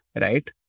right